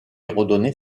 redonner